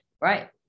right